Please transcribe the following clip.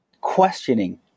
questioning